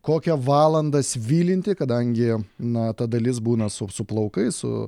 kokią valandą svilinti kadangi na ta dalis būna su su plaukais su